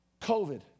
COVID